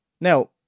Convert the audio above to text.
Now